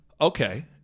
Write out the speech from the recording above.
Okay